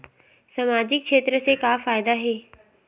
सामजिक क्षेत्र से का फ़ायदा हे?